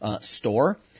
store